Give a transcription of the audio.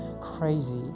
crazy